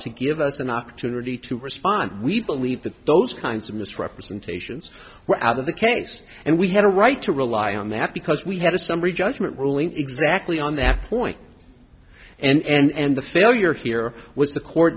to give us an opportunity to respond we believe that those kinds of misrepresentations were out of the case and we had a right to rely on that because we had a summary judgment ruling exactly on that point and the failure here was the court